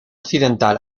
occidental